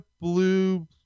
blue